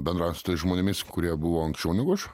bendraut su tais žmonėmis kurie buvo anksčiau negu aš